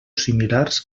similars